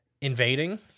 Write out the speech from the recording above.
Invading